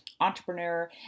entrepreneur